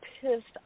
pissed